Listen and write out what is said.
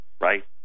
right